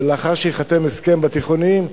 ולאחר שייחתם הסכם בתיכוניים,